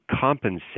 compensate